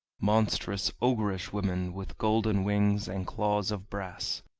monstrous ogrish women, with golden wings and claws of brass,